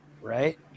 right